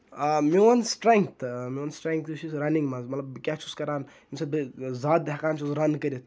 آ میون سِٹرنگتھ میون سِٹرنگتھ یُس چھُ رَنِگ منٛز مطلب بہٕ کیاہ چھُس کران ییٚمہِ سۭتۍ بہٕ زیادٕ ہیٚکان چھُس رَن کٔرِتھ